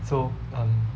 so um